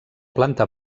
planta